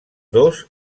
dos